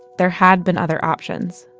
there had been other options.